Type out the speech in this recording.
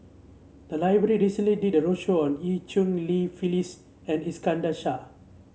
the library recently did a roadshow on Eu Cheng Li Phyllis and Iskandar Shah